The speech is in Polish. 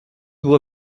było